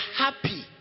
happy